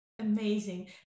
Amazing